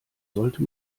sollte